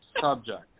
subject